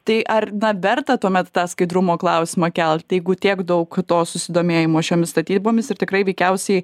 tai ar verta tuomet tą skaidrumo klausimą kelt jeigu tiek daug to susidomėjimo šiomis statybomis ir tikrai veikiausiai